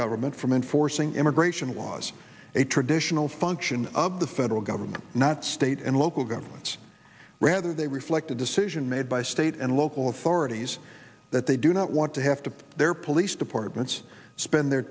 government from enforcing immigration was a traditional function of the federal government not state and local governments rather they reflect a decision made by state and local authorities that they do not want to have to their police departments spend their